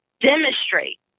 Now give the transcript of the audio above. demonstrate